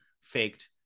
faked